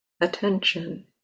attention